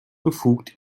befugt